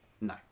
no